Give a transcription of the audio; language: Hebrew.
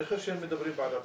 אני חושב שהם מדברים בעד עצמם.